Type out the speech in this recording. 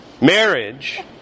Marriage